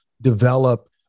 develop